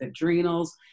adrenals